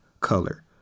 color